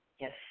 Yes